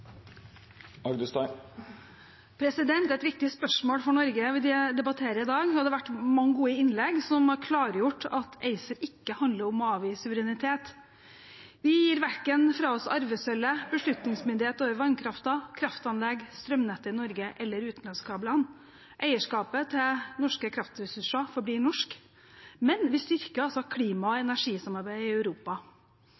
vår. Det er et viktig spørsmål for Norge vi debatterer i dag, og det har vært mange gode innlegg som har klargjort at ACER ikke handler om å avgi suverenitet. Vi gir verken fra oss arvesølvet, beslutningsmyndighet over vannkraften, kraftanlegg, strømnettet i Norge eller utenlandskablene. Eierskapet til norske kraftressurser forblir norsk, men vi styrker klima- og